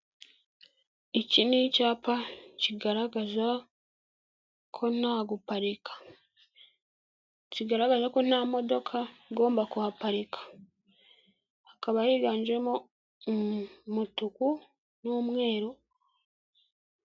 Iki ni icyapa kigaragaza ko nta guparika, kigaragaza ko nta modoka igomba kuhaparika, hakaba higanjemo umutuku n'umweru.